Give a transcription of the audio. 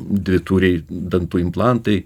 dvitūriai dantų implantai